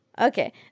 Okay